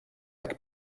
jak